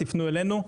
תפנו אלינו.